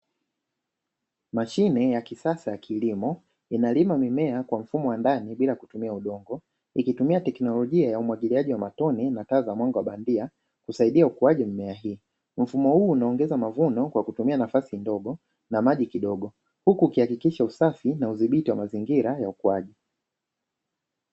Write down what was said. Mashine ya kisasa ya kilimo inalima mimea kwa mfumo wa ndani bila kutumia udongo ikitumia teknolojia ya umwagiliaji wa matone na taa za mwanga wa bandia husaidia ukuaji mimea hii. Mfumo huu unaongeza mavuno kwa kutumia nafasi ndogo na maji kidogo huku ikiakikisha usafi na udhibiti wa mazingira ya ukuaji.